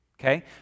okay